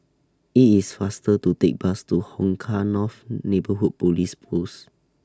IT IS faster to Take Bus to Hong Kah North Neighbourhood Police Post